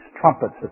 trumpets